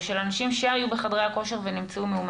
או של אנשים שהיו בחדרי הכושר ונמצאו מאומתים,